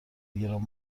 گران